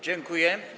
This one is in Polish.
Dziękuję.